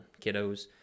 kiddos